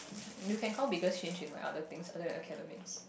you can call bigger change in like other things other than your academics